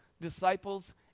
disciples